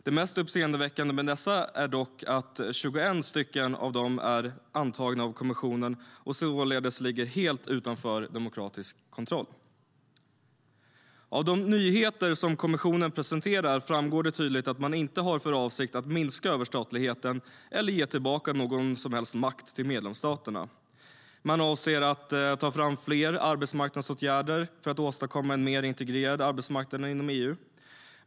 Det mest uppseendeväckande med dessa är dock att 21 av dem är antagna av kommissionen och således ligger helt utanför demokratisk kontroll. Av de nyheter som kommissionen presenterar framgår det tydligt att man inte har för avsikt att minska överstatligheten eller att ge tillbaka någon makt till medlemsstaterna. Man avser att ta fram fler arbetsmarknadsåtgärder för att åstadkomma en mer integrerad arbetsmarknad inom EU.